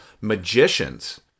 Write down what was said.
magicians